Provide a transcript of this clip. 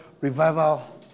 revival